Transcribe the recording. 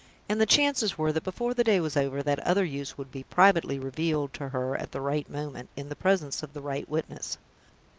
and the chances were that, before the day was over, that other use would be privately revealed to her at the right moment, in the presence of the right witness.